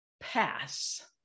pass